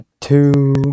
two